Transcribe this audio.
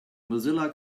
mozilla